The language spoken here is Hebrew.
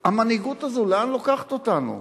המנהיגות הזאת לאן לוקחת אותנו,